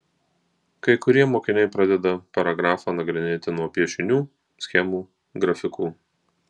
kai kurie mokiniai pradeda paragrafą nagrinėti nuo piešinių schemų grafikų